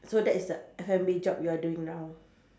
so that is the family job you are doing now